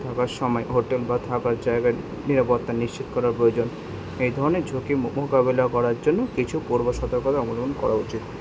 থাকার সময় হোটেল বা থাকার জায়গার নিরাপত্তা নিশ্চিত করা প্রয়োজন এই ধরনের ঝুঁকির মোকাবেলা করার জন্য কিছু পূর্ব সতর্কতা অবলম্বন করা উচিত